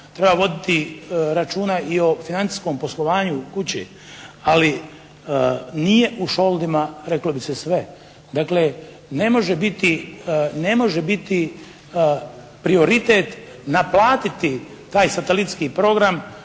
treba voditi računa i o financijskom poslovanju u kući, ali nije u šoldima reklo bi se sve. Dakle ne može biti prioritet naplatiti taj satelitski program,